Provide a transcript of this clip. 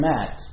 Matt